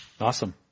Awesome